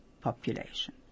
population